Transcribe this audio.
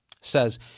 says